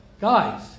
guys